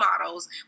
models